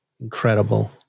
incredible